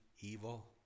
evil